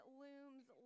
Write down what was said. looms